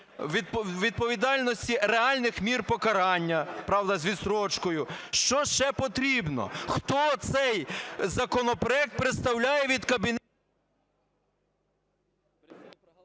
відповідальності реальних мір покарання. Правда, з відстрочкою. Що ще потрібно? Хто цей законопроект представляє…